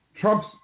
Trump's